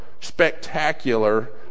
spectacular